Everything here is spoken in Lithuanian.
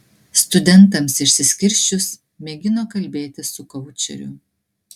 studentams išsiskirsčius mėgino kalbėtis su koučeriu